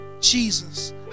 Jesus